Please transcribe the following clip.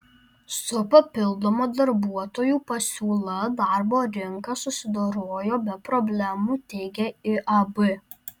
su papildoma darbuotojų pasiūla darbo rinka susidorojo be problemų teigia iab